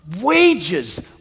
wages